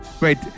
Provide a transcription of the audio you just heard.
Wait